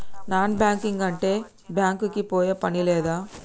Non banking అంటే bank కి పోయే పని లేదా?